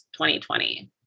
2020